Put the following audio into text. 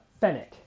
Fennec